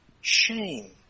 shame